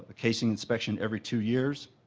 ah casing inspection every two years.